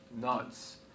nuts